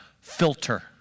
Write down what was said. Filter